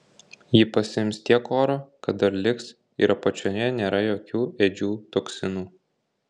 ji pasiims tiek oro kad dar liks ir apačioje nėra jokių ėdžių toksinų